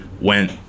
went